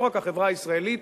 לא רק החברה הישראלית,